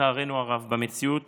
לצערנו הרב, במציאות